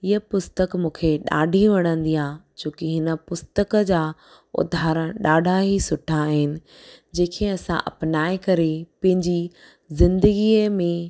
हीअ पुस्तक मूंखे ॾाढी वणंदी आहे छोकी हिन पुस्तक जा उदाहरण ॾाढा ई सुठा आहिनि जंहिंखे असां अपनाए करे पंहिंजी ज़िंदगीअ में